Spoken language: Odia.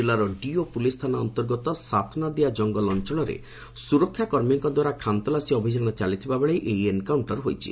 କିଲ୍ଲାର ଡିଓ ପ୍ରଲିସ୍ ଥାନା ଅନ୍ତର୍ଗତ ସାତନାଦିଆ କଙ୍ଗଲ ଅଞ୍ଚଳରେ ସୁରକ୍ଷା କର୍ମୀଙ୍କ ଦ୍ୱାରା ଖାନତଲାସୀ ଅଭିଯାନ ଚାଲିଥିଲା ବେଳେ ଏହି ଏନ୍କାଉଣ୍ଟର ହୋଇଛି